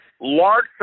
large